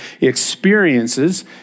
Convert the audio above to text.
experiences